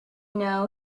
know